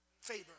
favor